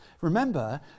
Remember